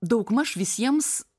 daugmaž visiems